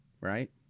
right